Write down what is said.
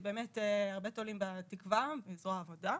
שבאמת הרבה תולים בה תקווה מזרוע העבודה.